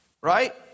right